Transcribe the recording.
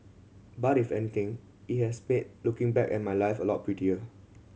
but if anything it has made looking back at my life a lot prettier